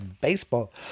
baseball